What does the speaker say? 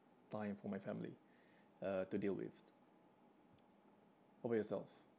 time for my family uh to deal with how about yourself